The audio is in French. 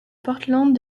portland